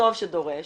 וטוב שדורש,